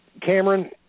Cameron